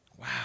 Wow